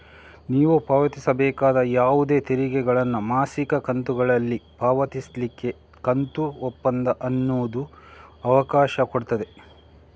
ನೀವು ಪಾವತಿಸಬೇಕಾದ ಯಾವುದೇ ತೆರಿಗೆಗಳನ್ನ ಮಾಸಿಕ ಕಂತುಗಳಲ್ಲಿ ಪಾವತಿಸ್ಲಿಕ್ಕೆ ಕಂತು ಒಪ್ಪಂದ ಅನ್ನುದು ಅವಕಾಶ ಕೊಡ್ತದೆ